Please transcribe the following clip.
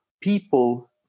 people